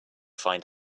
find